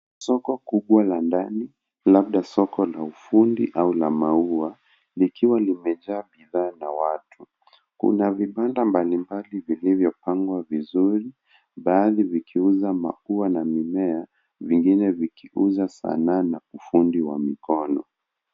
Soko kubwa la ndani, labda soko la ufundi au la maua, likiwa limejaa bidhaa na watu. Kuna vibanda mbalimbali vilivyopangwa vizuri baadhi vikiuza manguo na mimea, vingine vikiuza sanaa na ufundi wa mikono.